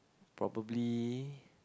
probably